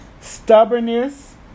Stubbornness